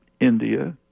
India